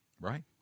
right